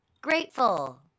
grateful